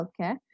healthcare